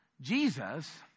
Jesus